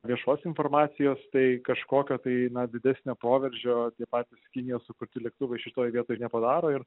viešos informacijos tai kažkokio tai na didesnio proveržio tie patys kinijos sukurti lėktuvai šitoj vietoj nepadaro ir